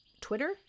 twitter